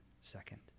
second